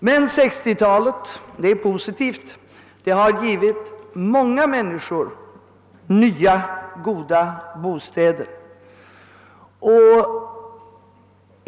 Men 1960-talet har givit många människor nya, goda bostäder, och det är positivt.